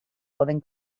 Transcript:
poden